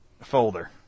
folder